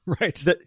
Right